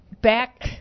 back